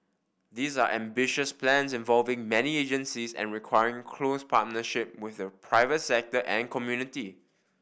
these are ambitious plans involving many agencies and requiring close partnership with the private sector and community